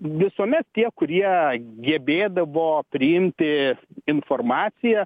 visuomet tie kurie gebėdavo priimti informaciją